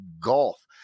golf